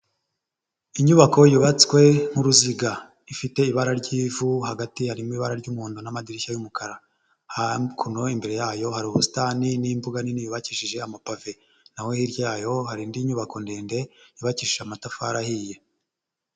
Inyubako yubatswe nk'uruziga, ifite ibara ry'ivu hagati harimo ibara ry'hondo n'amadirishya y'umukara, imbere yayo hari ubusitani n'imbuga nini yubakishije amapave n'aho hirya yoyo hari indi nyubako ndende yu yabakishije amatafari ahiye.